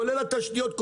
כולל התשתיות,